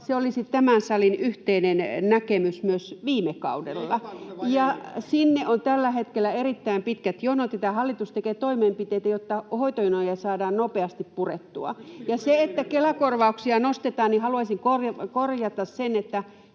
se oli tämän salin yhteinen näkemys myös viime kaudella. Sinne on tällä hetkellä erittäin pitkät jonot, ja tämä hallitus tekee toimenpiteitä, jotta hoitojonoja saadaan nopeasti purettua. Siihen, että Kela-korvauksia nostetaan, haluaisin korjata sen, että